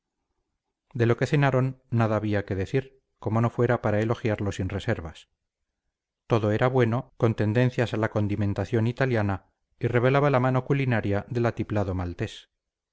de lo que cenaron nada había que decir como no fuera para elogiarlo sin reservas todo era bueno con tendencias a la condimentación italiana y revelaba la mano culinaria del atiplado maltés